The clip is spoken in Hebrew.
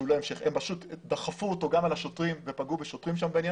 הם פשוט דחפו אותו גם על השוטרים ופגעו בהם.